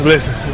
Listen